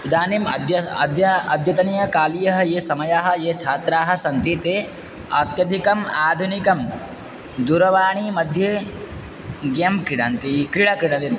इदानीम् अद्य अद्य अद्यतनीयकालीयः ये समयः ये छात्राः सन्ति ते अत्यधिकम् आधुनिकं दूरवाणी मध्ये गेम् क्रीडन्ति क्रीडा क्रीडा